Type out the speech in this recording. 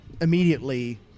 immediately